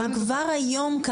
אבל כבר היום,